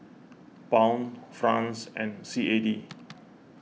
Pound Franc and C A D